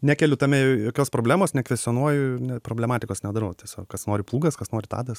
nekeliu tame jokios problemos nekvestionuoju ir ne problematikos nedarau tiesiog kas nori plūgas kas nori tadas